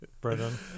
Brendan